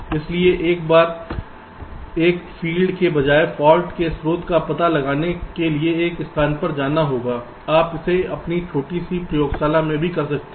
इसलिए हर बार एक फील्ड के बजाय फाल्ट के स्रोत का पता लगाने के लिए एक स्थान पर जाना होगा आप इसे अपनी छोटी प्रयोगशाला में भी कर सकते हैं